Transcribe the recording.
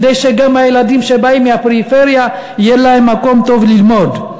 כדי שגם הילדים שבאים מהפריפריה יהיה להם מקום טוב ללמוד.